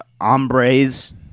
hombres